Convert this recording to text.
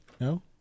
No